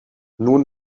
nun